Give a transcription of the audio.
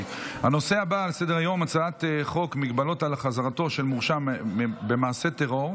אני מודיע שהצעת חוק להסדרת המגורים בשטחי מרעה,